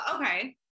okay